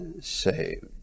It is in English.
saved